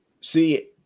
See